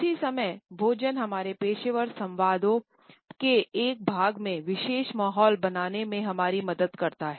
उस ही समय भोजन हमारे पेशेवर संवादों के एक भाग में विशेष माहौल बनाने में हमारी मदद करता है